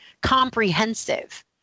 comprehensive